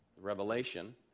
Revelation